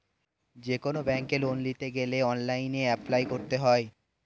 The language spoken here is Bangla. যেকোনো ব্যাঙ্কে লোন নিতে গেলে অনলাইনে অ্যাপ্লাই করতে হয়